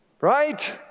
Right